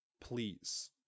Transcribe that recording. Please